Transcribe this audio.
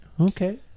Okay